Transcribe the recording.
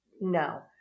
no